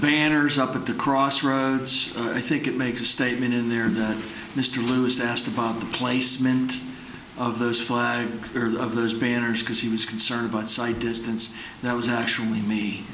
banners up at the crossroads i think it makes a statement in there that mr lewis asked about the placement of those five of those banners because he was concerned about site distance that was actually me